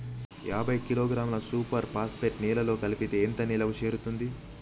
యాభై కిలోగ్రాముల super phosphate నేలలో కలిపితే ఎంత నేలకు చేరుతది?